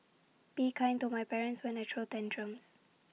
be kind to my parents when I throw tantrums